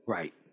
Right